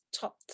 top